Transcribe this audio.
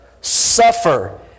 suffer